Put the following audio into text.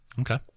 Okay